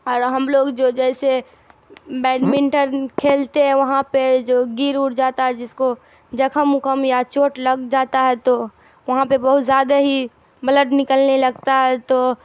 اور ہم لوگ جو جیسے بیڈمنٹن کھیلتے ہیں وہاں پہ جو گر ار جاتا ہے جس کو زخم اخم یا چوٹ لگ جاتا ہے تو وہاں پہ بہت زیادہ ہی بلڈ نکلنے لگتا ہے تو